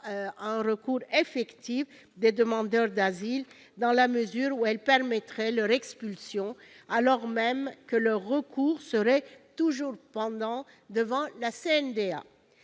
un recours effectif des demandeurs d'asile, dans la mesure où elle permettrait leur expulsion, alors même que le recours serait toujours pendant devant la CNDA.